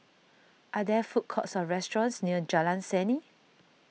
are there food courts or restaurants near Jalan Seni